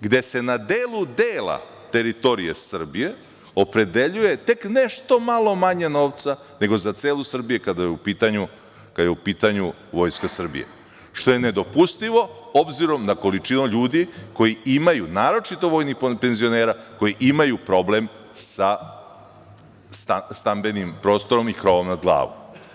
gde se na delu dela teritorije Srbije opredeljuje tek nešto malo manje novca nego za celu Srbiju kada je u pitanju Vojska Srbije, što nedopustivo obzirom na količinu ljudi koji imaju, naročito vojni plan penzionera, koji imaju problem sa stambenim prostorom i krovom nad glavom.